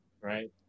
right